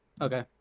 Okay